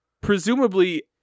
presumably